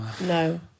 no